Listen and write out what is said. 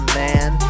man